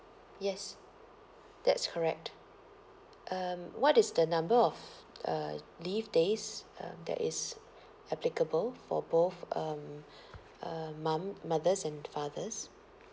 yes that's correct um what is the number of uh leave days um that is applicable for both um uh mum mothers and fathers